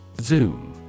Zoom